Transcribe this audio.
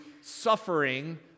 suffering